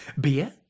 beer